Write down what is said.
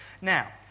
Now